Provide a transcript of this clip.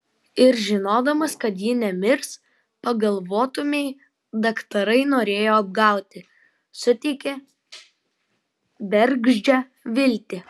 ir žinodamas kad ji nemirs pagalvotumei daktarai norėjo apgauti suteikė bergždžią viltį